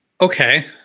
Okay